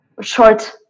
short